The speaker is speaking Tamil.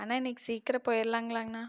அண்ணன் இன்றைக்கி சீக்கிரம் போயிடளாங்களாண்ணா